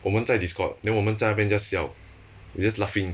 我们在 discord then 我们在那边 just 笑 we just laughing